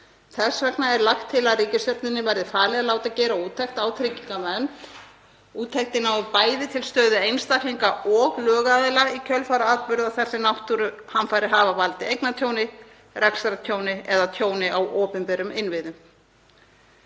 Þess vegna er lagt til að ríkisstjórninni verði falið að láta gera úttekt á tryggingavernd. Úttektin nái bæði til stöðu einstaklinga og lögaðila í kjölfar atburða þar sem náttúruhamfarir hafa valdið eignatjóni, rekstrartjóni eða tjóni á opinberum innviðum.